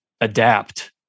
adapt